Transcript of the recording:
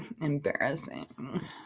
embarrassing